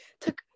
took